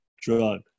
drug